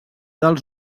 dels